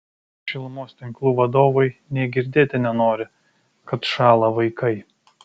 šilumos tinklų vadovai nė girdėti nenori kad šąla vaikai